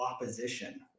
opposition